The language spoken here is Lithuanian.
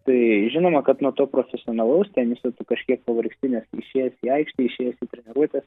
tai žinoma kad nuo to profesionalaus teniso tu kažkiek pavargti nes išėjęs į aikštę išėjęs treniruotes